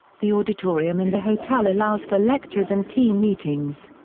the auditorium in the hotel allows for lectures and team meetings.